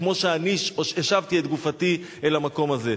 כמו שאני השבתי את גופתי אל המקום הזה.